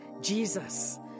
Jesus